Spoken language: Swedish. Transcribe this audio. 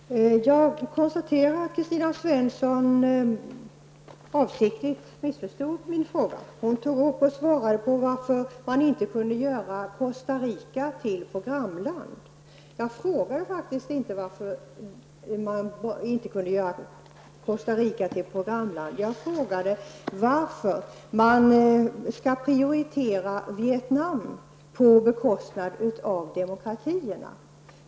Herr talman! Jag konstaterar att Kristina Svensson avsiktligt missförstod min fråga. Hon svarade på varför man inte kunde göra Costa Rica till programland. Jag frågade inte varför man inte kunde göra det, utan jag frågade varför man skall prioritera Vietnam på bekostnad av demokratierna.